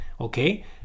okay